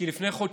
כי לפני חודשיים